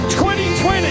2020